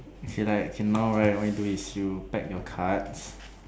as in like as in now right what you do is you pack your cards